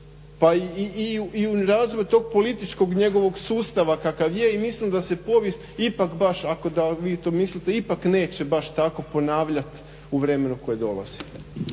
pa i u razvoj tog političkog njegovog sustava kakav je i mislim da se povijest ipak baš ako vi to mislite, ipak neće baš tako ponavljat u vremenu koje dolazi.